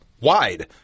wide